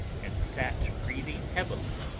and sat breathing heavily.